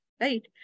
right